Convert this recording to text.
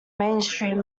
mainstream